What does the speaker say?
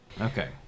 Okay